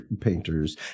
painters